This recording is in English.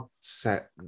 set